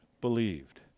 believed